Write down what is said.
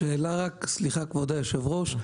שאלה רק, סליחה כבוד היושב ראש,